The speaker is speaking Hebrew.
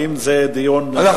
האם זה דיון למליאה?